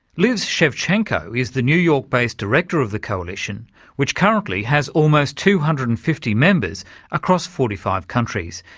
liz sevchenko is the new york-based director of the coalition which currently has almost two hundred and fifty members across forty five countries.